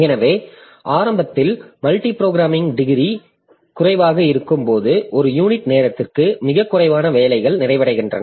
எனவே ஆரம்பத்தில் multiprogramming degree குறைவாக இருக்கும்போது ஒரு யூனிட் நேரத்திற்கு மிகக் குறைவான வேலைகள் நிறைவடைகின்றன